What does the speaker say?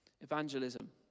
Evangelism